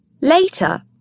Later